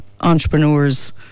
entrepreneurs